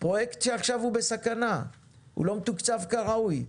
פרויקט שעכשיו הוא בסכנה, הוא לא מתוקצב כראוי.